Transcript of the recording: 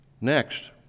Next